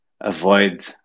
avoid